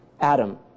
Adam